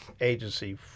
agency